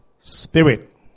spirit